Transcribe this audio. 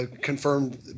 confirmed